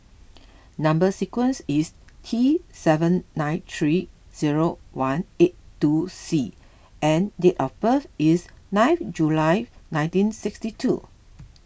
Number Sequence is T seven nine three zero one eight two C and date of birth is nine July nineteen sixty two